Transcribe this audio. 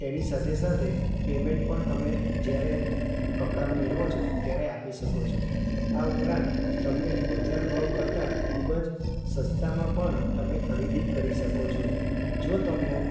તેની સાથે સાથે પેમેન્ટ પણ તમે જ્યારે કપડાં મેળવો છો ત્યારે આપી શકો છો આ ઉપરાંત તમને બજાર ભાવ કરતાં ખૂબ જ સસ્તામાં પણ તમે ખરીદી કરી શકો છો જો તમને